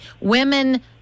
women